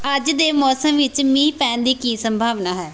ਅੱਜ ਦੇ ਮੌਸਮ ਵਿੱਚ ਮੀਂਹ ਪੈਣ ਦੀ ਕੀ ਸੰਭਾਵਨਾ ਹੈ